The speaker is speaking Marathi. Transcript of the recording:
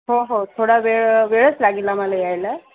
हो हो थोडा वेळ वेळच लागेल आम्हाला यायला